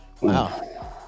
wow